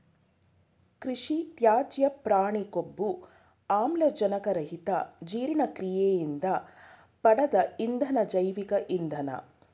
ಕೃಷಿತ್ಯಾಜ್ಯ ಪ್ರಾಣಿಕೊಬ್ಬು ಆಮ್ಲಜನಕರಹಿತಜೀರ್ಣಕ್ರಿಯೆಯಿಂದ ಪಡ್ದ ಇಂಧನ ಜೈವಿಕ ಇಂಧನ